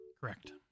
Correct